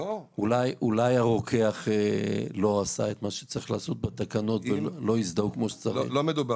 אולי הרוקח לא עשה את מה שצריך לעשות בתקנות ולא הזדהו כמו שצריך?